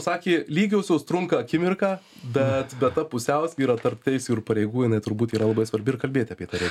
sakė lygiosios trunka akimirką bet ta pusiausvyra tarp teisių ir pareigų jinai turbūt yra labai svarbi ir kalbėti apie tai reikia